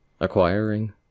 acquiring